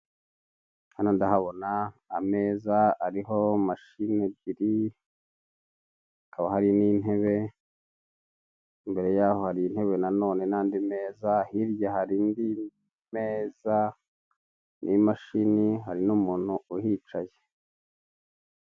Hano ndahabona ameza ariho mashine ebyiri, hakaba hari n'intebe, imbere y'aho hari intebe na none n'andi meza, hirya hari indi meza n'imashini, hari n'umuntu uhicaye.